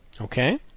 okay